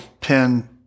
pin